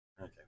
Okay